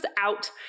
out